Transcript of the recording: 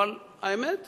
אבל האמת,